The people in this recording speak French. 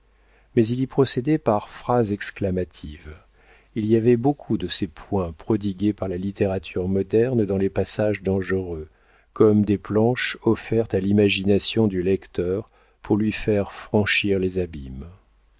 mais il y procédait par phrases exclamatives il y avait beaucoup de ces points prodigués par la littérature moderne dans les passages dangereux comme des planches offertes à l'imagination du lecteur pour lui faire franchir les abîmes